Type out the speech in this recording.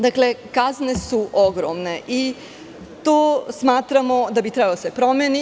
Dakle, kazne su ogromne i smatramo da bi to trebalo da se promeni.